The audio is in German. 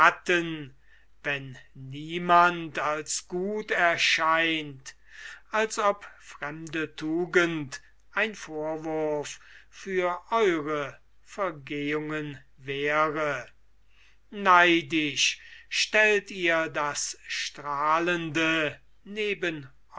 wenn niemand als gut erscheint als ob fremde tugend ein vorwurf für eure vergehungen wäre neidisch stellt ihr das strahlende neben